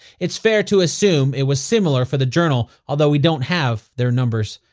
it's fair to assume it was similar for the journal, although we don't have their numbers.